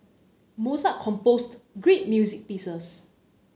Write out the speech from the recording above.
Mozart composed great music pieces